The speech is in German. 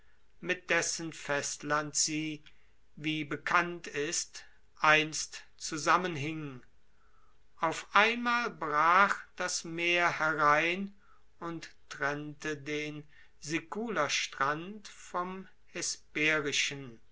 mit dessen festland sie wie bekannt ist einst zusammenhing auf einmal brach das meer herein und trennte den sikulerstrand vom